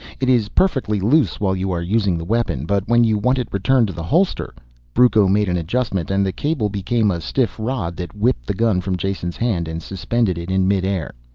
it is perfectly loose while you are using the weapon. but when you want it returned to the holster brucco made an adjustment and the cable became a stiff rod that whipped the gun from jason's hand and suspended it in midair.